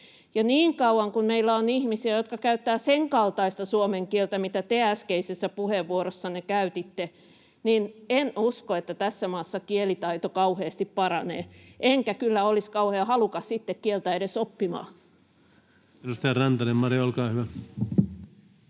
niin kauan kuin meillä on ihmisiä, jotka käyttävät senkaltaista suomen kieltä kuin te äskeisessä puheenvuorossanne käytitte, en usko, että tässä maassa kielitaito kauheasti paranee enkä kyllä olisi kauhean halukas sitten kieltä edes oppimaan. [Leena Meri: Olettepa